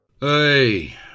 Hey